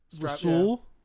Rasul